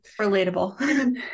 relatable